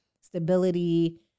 stability